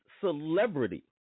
celebrity